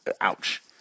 Ouch